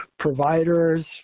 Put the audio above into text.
providers